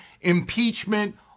impeachment